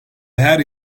her